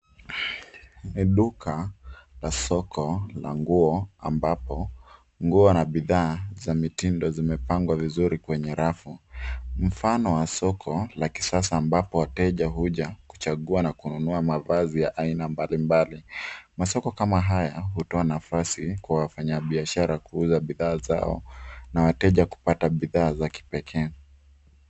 Ni duka la soko la nguo ambapo nguo na bidhaa za mitindo zimepangwa vizuri kwenye rafu. Mfano wa soko la kisasa ambapo wateja huja kuchagua na kununua mavazi ya aina mbalimbali. Masoko kama haya hutoa nafasi kwa wafanya biashara kuuza bidhaa zao na wateja kupata bidhaa za kipekee.